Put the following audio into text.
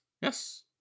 Yes